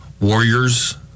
warriors